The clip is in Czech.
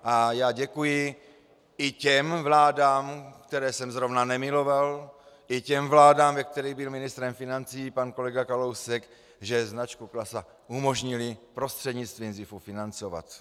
A já děkuji i těm vládám, které jsem zrovna nemiloval, i těm vládám, ve kterých byl ministrem financí pan kolega Kalousek, že značku Klasa umožnili prostřednictvím ZIFu financovat.